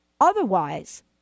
Otherwise